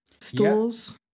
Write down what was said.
stools